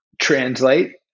translate